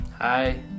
Hi